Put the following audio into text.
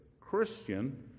Christian